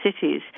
Cities